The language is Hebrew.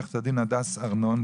עורכת הדין הדס ארנון,